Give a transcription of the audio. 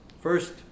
First